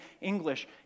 English